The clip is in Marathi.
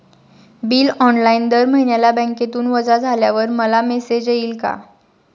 बिल ऑनलाइन दर महिन्याला बँकेतून वजा झाल्यावर मला मेसेज येईल का?